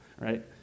right